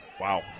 Wow